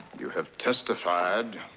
you have testified.